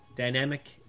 Dynamic